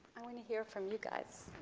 i wanna hear from you guys.